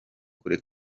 kure